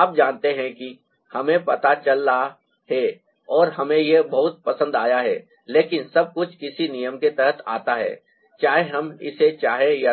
आप जानते हैं कि हमें पता चला है और हमें यह बहुत पसंद आया है लेकिन सब कुछ किसी नियम के तहत आता है चाहे हम इसे चाहें या नहीं